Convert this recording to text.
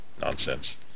nonsense